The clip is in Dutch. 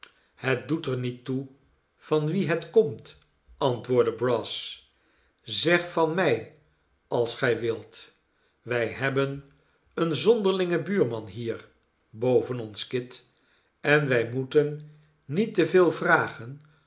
het doet er niet toe van wie het komt antwoordde brass zeg van mij als gij wilt wij hebben een zonderlirigen buurman hier boven ons kit i en wij moeten niet te veel vragen